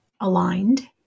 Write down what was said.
aligned